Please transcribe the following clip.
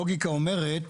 הלוגיקה אומרת